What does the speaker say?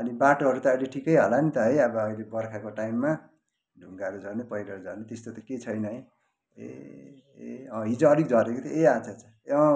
अनि बाटोहरू त अहिले ठिकै होला नि त है अब अहिले बर्खाको टाइममा गाह्रो जाने पहिरो जाने त्यस्तो त केही छैन है ए ए हिजो अलिक झरेको थियो ए आच्छा आच्छा